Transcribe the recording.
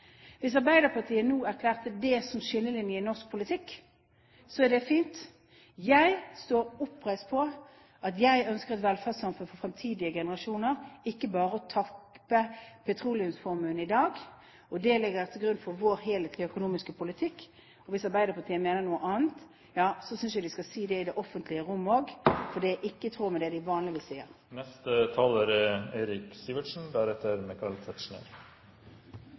Hvis Arbeiderpartiet nå erklærer det som skillelinjen i norsk politikk, så er det fint. Jeg står oppreist på at jeg ønsker et velferdssamfunn for fremtidige generasjoner, ikke bare å tappe petroleumsformuen i dag. Det legger jeg til grunn for vår helhetlige økonomiske politikk. Hvis Arbeiderpartiet mener noe annet, ja så synes jeg de skal si det i det offentlige rom også, for det er ikke i tråd med det de vanligvis sier. Staten Norge er